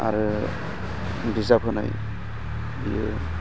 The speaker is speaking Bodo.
आरो बिजाब होनाय बेयो